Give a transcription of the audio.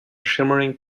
shimmering